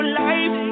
life